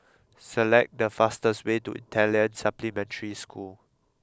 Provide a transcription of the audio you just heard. select the fastest way to Italian Supplementary School